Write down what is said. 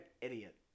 idiot